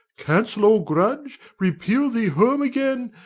cancel all grudge, repeal thee home again,